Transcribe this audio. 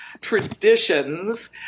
traditions